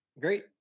Great